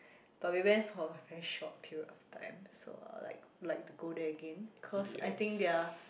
but we went for a very short period of time so uh I'd like to go there again cause I think their